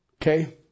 Okay